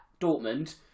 Dortmund